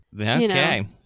Okay